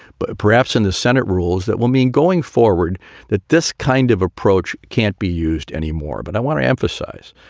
but perhaps in the senate rules, that will mean going forward that this kind of approach can't be used anymore. but i want to emphasize,